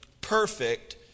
perfect